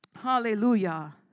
Hallelujah